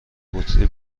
بطری